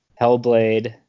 Hellblade